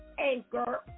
anchor